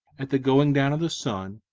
at the going down of the sun,